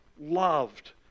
loved